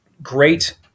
great